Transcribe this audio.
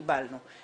קיבלנו.